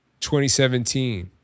2017